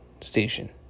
station